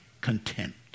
contempt